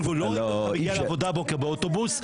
--- מגיע לעבודה הבוקר באוטובוס.